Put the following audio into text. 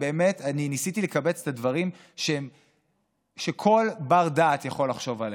אני ניסיתי לקבץ את הדברים שכל בר-דעת יכול לחשוב עליהם.